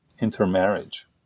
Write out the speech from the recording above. intermarriage